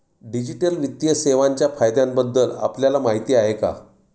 Digital वित्तीय सेवांच्या फायद्यांबद्दल आपल्याला माहिती आहे का?